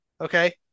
okay